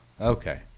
okay